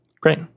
great